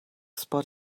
spot